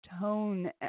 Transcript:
tone